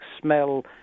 smell